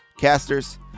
casters